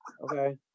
Okay